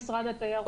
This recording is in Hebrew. אני ממשרד התיירות.